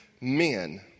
men